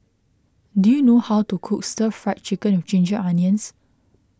do you know how to cook Stir Fried Chicken with Ginger Onions